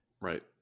Right